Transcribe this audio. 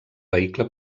vehicle